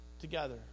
together